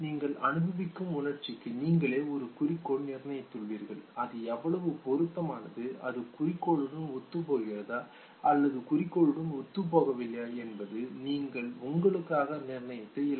நீங்கள் அனுபவிக்கும் உணர்ச்சிக்கு நீங்களே ஒரு குறிக்கோள் நிர்ணயித்துள்ளீர்கள் அது எவ்வளவு பொருத்தமானது அது குறிக்கோளுடன் ஒத்துப்போகிறதா அல்லது குறிக்கோளுடன் ஒத்துப்போகவில்லையா என்பது நீங்கள் உங்களுக்காக நிர்ணயித்த இலக்கு